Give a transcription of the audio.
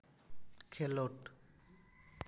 ᱠᱷᱮᱞᱚᱰ